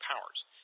powers